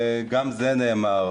וגם זה נאמר,